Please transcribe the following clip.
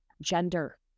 gender